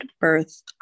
birth